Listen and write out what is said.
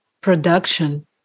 production